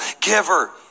giver